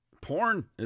porn